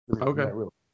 Okay